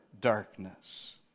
darkness